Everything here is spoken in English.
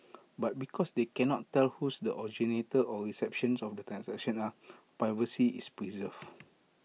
but because they cannot tell whose the originators or recipients of the transactions are privacy is preserved